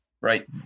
right